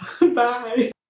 bye